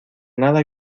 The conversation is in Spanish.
nada